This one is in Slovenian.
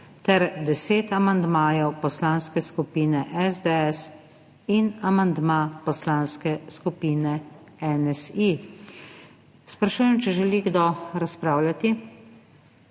ter 10 amandmajev Poslanske skupine SDS in amandma Poslanske skupine NSi. Sprašujem, če želi kdo razpravljati.